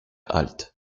halte